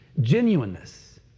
genuineness